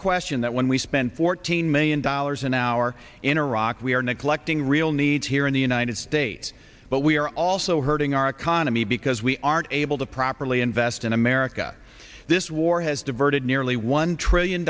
question that when we spend fourteen million dollars an hour in iraq we are neglecting real needs here in the united states but we are also hurting our economy because we aren't able to properly invest in america this war has diverted nearly one trillion